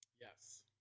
Yes